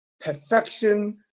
perfection